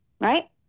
Right